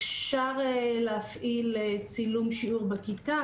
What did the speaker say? אפשר להפעיל צילום שיעור בכיתה,